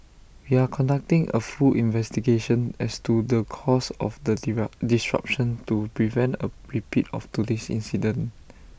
we are conducting A full investigation as to the cause of the disruption to prevent A repeat of today's incident